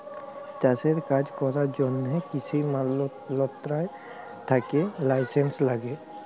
চাষের কাজ ক্যরার জ্যনহে কিসি মলত্রলালয় থ্যাকে লাইসেলস ল্যাগে